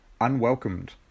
Unwelcomed